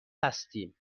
هستیم